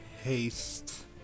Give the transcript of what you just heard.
haste